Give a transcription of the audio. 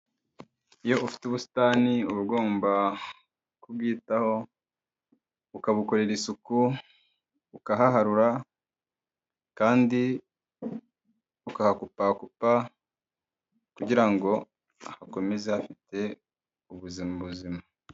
Iyo ufite ubusitani uba ugomba kubyitaho, ukabukorera isuku, ukahaharura kandi ukahakupagupa kugira ngo hakomeze hafite ubuzima buzima.